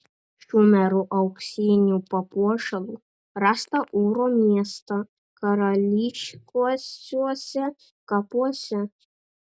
šumerų auksinių papuošalų rasta ūro miesto karališkuosiuose kapuose